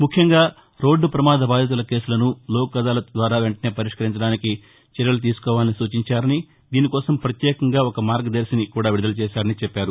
ముఖ్యంగా రోడ్దు ప్రమాద బాధితుల కేసులను లోక్ అదాలత్ ద్వారా వెంటనే పరిష్కరించడానికి చర్యలు తీసుకోవాలని సూచించారని దీనికోసం ప్రత్యేకంగా ఒక మార్గదర్శిని కూడా విడుదల చేశారని చెప్పారు